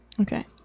Okay